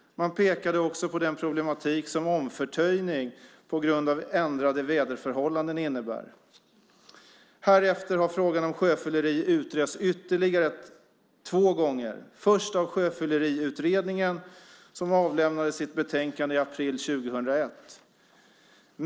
Man pekade också på den problematik som omförtöjning på grund av ändrade väderförhållanden innebär. Härefter har frågan om sjöfylleri utretts ytterligare två gånger, först av Sjöfylleriutredningen som avlämnade sitt betänkande i april 2001.